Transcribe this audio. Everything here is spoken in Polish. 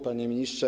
Panie Ministrze!